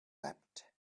wept